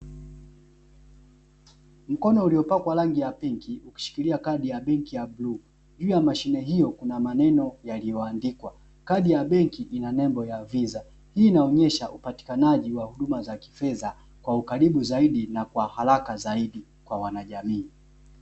Mkono uliopakwa rangi ya pinki ukishikilia kadi ya benki ya rangi ya bluu, juu ya mashine hiyo kuna maneno yaliyoandikwa, kadi ya benki ina nembo ya "VISA" hii inaonyesha upatikanaji wa huduma za fedha kwa ukaribu zaidi na kwa haraka zaidi kwa wanajamii.